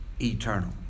Eternal